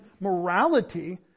morality